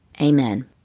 Amen